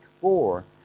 four